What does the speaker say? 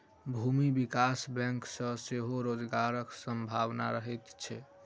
भूमि विकास बैंक मे सेहो रोजगारक संभावना रहैत छै